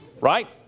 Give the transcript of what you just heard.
Right